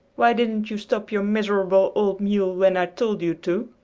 why didn't you stop your miserable old mule when i told you to?